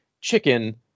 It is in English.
chicken